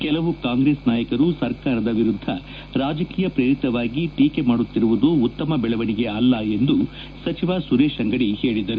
ಕೆಲವು ಕಾಂಗ್ರೆಸ್ ನಾಯಕರು ಸರ್ಕಾರದ ವಿರುದ್ದ ರಾಜಕೀಯ ಪ್ರೇರಿತವಾಗಿ ಟೀಕೆ ಮಾಡುತ್ತಿರುವುದು ಉತ್ತಮ ಬೆಳವಣಿಗೆ ಅಲ್ಲ ಎಂದು ಸಚಿವ ಸುರೇಶ್ ಅಂಗಡಿ ಹೇಳಿದರು